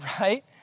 right